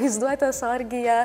vaizduotės orgija